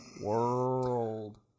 World